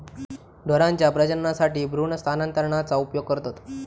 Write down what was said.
ढोरांच्या प्रजननासाठी भ्रूण स्थानांतरणाचा उपयोग करतत